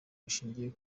bushingiye